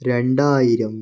രണ്ടായിരം